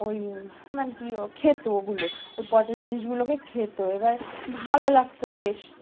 ওই মানে কি ও খেতো ওগুলো ওই পচা জিনিসগুলোকে খেতো এবার ভালো লাগতো বেশ